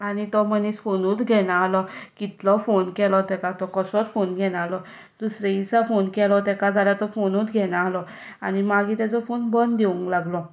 आनी तो मनीस फोनूच घेना आलो कितलो फोन केलो ताका तो कसोच फोन घेना आलो दुसरे दिसा फोन केलो ताका जाल्यार तो फोनूच घेना आलो आनी मागीर ताचो फोन बंद येवंक लागलो